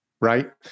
right